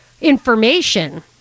information